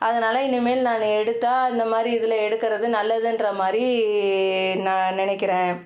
அதனால் இனிமேல் நான் எடுத்தால் இந்தமாதிரி இதில் எடுக்கிறது நல்லதுங்ற மாதிரி நான் நினைக்கிறேன்